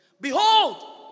Behold